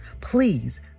please